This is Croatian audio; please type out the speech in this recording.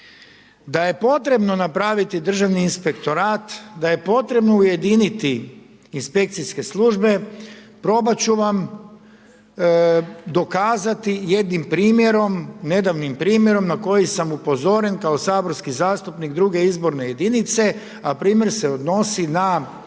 Da je potrebno napraviti državni inspektorat, da je potrebno ujediniti inspekcijske službe, probat ću vam dokazati jednim primjerom, nedavnim primjerom na koji sam upozoren kao saborski zastupnik, druge izborne jedinice, a primjer se odnosi na